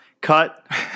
Cut